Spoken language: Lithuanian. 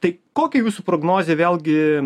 tai kokia jūsų prognozė vėlgi